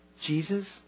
Jesus